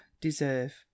deserve